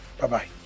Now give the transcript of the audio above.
Bye-bye